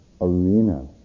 arena